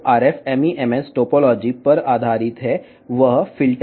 RF MEMS topology పై ఆధారపడిన తదుపరి భాగం ఫిల్టర్